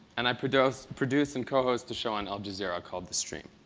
and i produce produce and cohost a show on al jazeera called the stream.